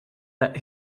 that